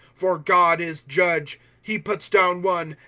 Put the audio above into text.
for god is judge he puts down one,